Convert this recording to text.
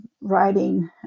writing